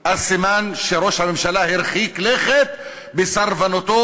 אז סימן שראש הממשלה הרחיק לכת בסרבנותו